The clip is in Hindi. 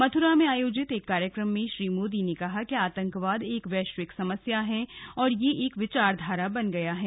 मथुरा में आयोजित एक कार्यक्रम में श्री मोदी ने कहा कि आतंकवाद एक वैश्विक समस्या है और यह एक विचारधारा बन गया है